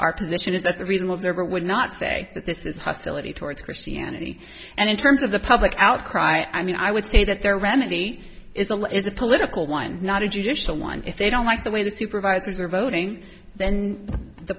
our position is that the reason we'll never would not say that this is hostility toward christianity and in terms of the public outcry i mean i would say that there remedy is a law is a political one not a judicial one if they don't like the way the supervisors are voting then the